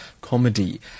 comedy